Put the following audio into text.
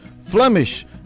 Flemish